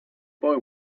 boy